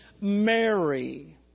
Mary